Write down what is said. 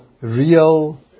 real